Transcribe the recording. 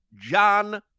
John